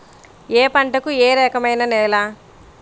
ఏ పంటకు ఏ రకమైన నేల?